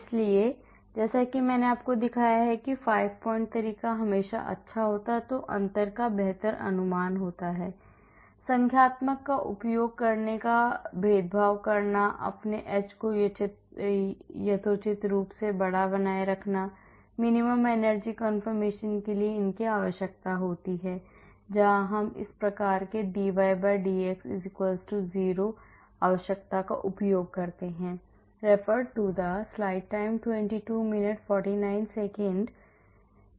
इसलिए जैसा कि मैंने आपको दिखाया है कि 5 पॉइंट तरीका हमेशा अच्छा होता है जो अंतर का बेहतर अनुमान होता है संख्यात्मक का उपयोग करके भेदभाव करना अपने एच को यथोचित रूप से बड़ा बनाए रखना minimum energy confirmation के लिए इनकी आवश्यकता होती है जहाँ हम इस प्रकार के dydx 0आवश्यकता का उपयोग करते हैं